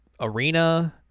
Arena